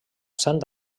sant